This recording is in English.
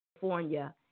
California